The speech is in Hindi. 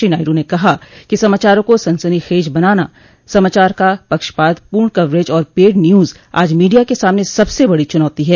श्री नायडू ने कहा कि समाचारों को सनसनीखेज बनाना समाचारों का पक्षपात पूर्ण कवरेज और पेड न्यूज आज मीडिया के सामने सबसे बड़ी चुनौती है